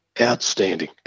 Outstanding